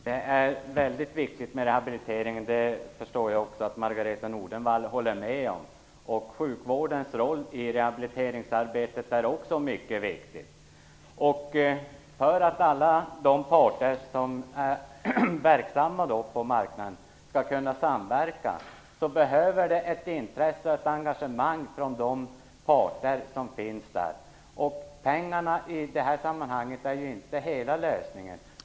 Herr talman! Det är mycket viktigt med rehabilitering. Det förstår jag att Margareta E Nordenvall håller med om. Sjukvårdens roll i rehabiliteringsarbetet är också mycket viktig. För att alla de parter som är verksamma på marknaden skall kunna samverka behövs det ett intresse och engagemang från de parter som finns där. Pengarna är i detta sammanhang inte hela lösningen.